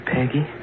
Peggy